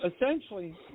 essentially